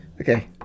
okay